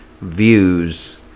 views